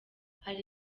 hari